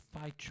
fight